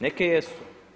Neke jesu.